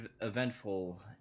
eventful